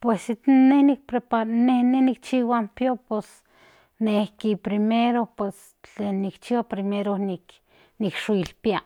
Pues inne nikchihua in pio pos nejki primero tlen nikchgihua nikan pio primero nik ikshkpia